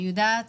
אני יודעת